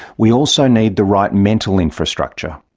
we also need the right mental infrastructure.